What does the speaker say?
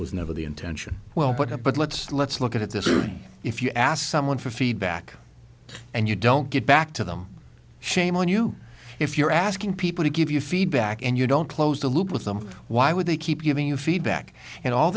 was never the intention well put up but let's let's look at this if you ask someone for feedback and you don't get back to them shame on you if you're asking people to give you feedback and you don't close the loop with something why would they keep giving you feedback and all